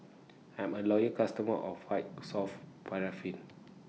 I'm A Loyal customer of White Soft Paraffin